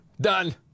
Done